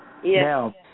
Now